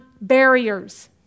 barriers